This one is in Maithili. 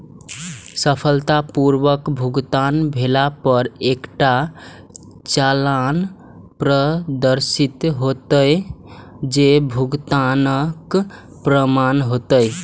सफलतापूर्वक भुगतान भेला पर एकटा चालान प्रदर्शित हैत, जे भुगतानक प्रमाण हैत